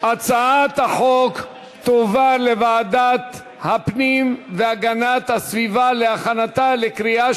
התשע"ה 2015, לוועדת הפנים והגנת הסביבה נתקבלה.